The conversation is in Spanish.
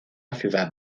ciudad